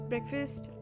Breakfast